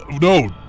No